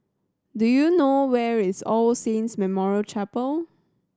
do you know where is All Saints Memorial Chapel